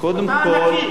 קודם כול,